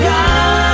God